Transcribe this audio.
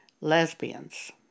lesbians